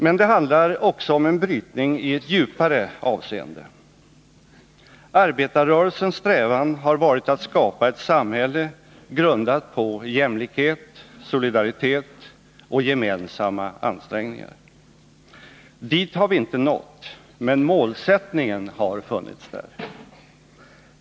Men det handlar också om en brytning i ett djupare avseende. Arbetarrörelsens strävan har varit att skapa ett samhälle grundat på jämlikhet, solidaritet och gemensamma ansträngningar. Dit har vi inte nått, men målsättningen har funnits där.